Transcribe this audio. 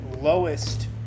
lowest